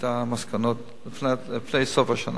לקבל את המסקנות לפני סוף השנה.